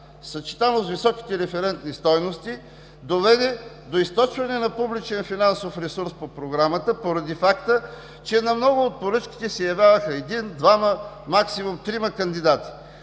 съчетано с високите референтни стойности доведе до източване на публичен финансов ресурс по Програмата, поради факта, че на много от поръчките се явяваха един, двама, максимум трима кандидати.